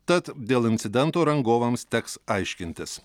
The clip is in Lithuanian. tad dėl incidento rangovams teks aiškintis